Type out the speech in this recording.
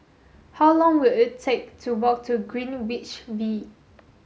how long will it take to walk to Greenwich V